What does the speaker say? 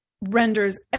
renders